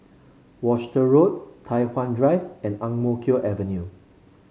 Worcester Road Tai Hwan Drive and Ang Mo Kio Avenue